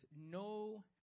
no